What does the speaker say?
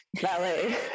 Ballet